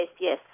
yes